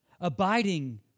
Abiding